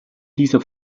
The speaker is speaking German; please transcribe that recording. dieser